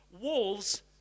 walls